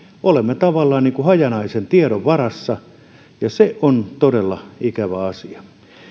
olemme tavallaan hajanaisen tiedon varassa ja se on todella ikävä asia